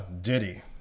Diddy